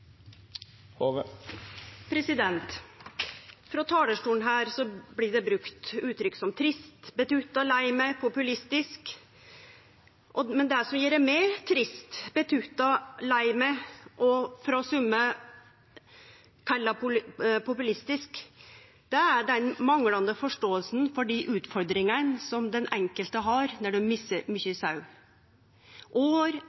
Frå talarstolen her blir det brukt uttrykk som trist, betutta, lei meg og populistisk. Men det som gjer meg trist, betutta, lei meg og av somme kalla populistisk, er den manglande forståinga for dei utfordringane som den enkelte har når dei misser mykje sau – år